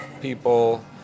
people